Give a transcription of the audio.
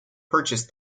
purchased